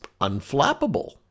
unflappable